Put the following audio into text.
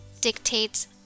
dictates